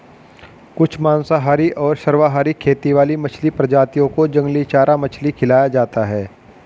कुछ मांसाहारी और सर्वाहारी खेती वाली मछली प्रजातियों को जंगली चारा मछली खिलाया जाता है